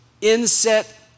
inset